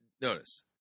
Notice